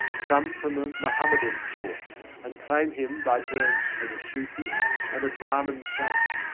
some from a mohammedan source, and claim him by turns as a sufi and a brahman saint.